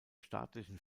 staatlichen